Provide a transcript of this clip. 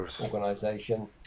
organization